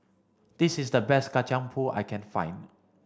this is the best Kacang pool I can find